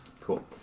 Cool